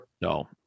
no